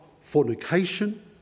fornication